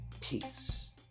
Peace